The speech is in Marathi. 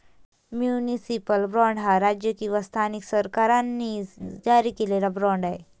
म्युनिसिपल बाँड हा राज्य किंवा स्थानिक सरकारांनी जारी केलेला बाँड आहे